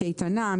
קייטנה,